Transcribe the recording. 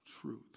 truth